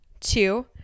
Two